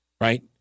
Right